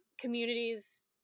communities